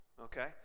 okay